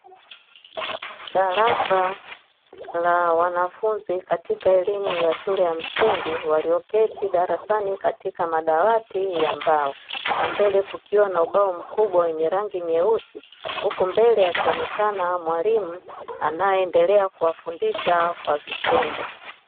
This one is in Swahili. Darasa la wanafunzi katika shule ya msingi walioketi darasani katika madawati ya mbao na mbele kukiwa na ubao mkubwa wamenye rangi nyeusi. Na mbele akionekana mwalimu anaye endelea kuwafundisha kwa vitendo.